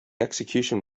execution